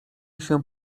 się